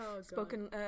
Spoken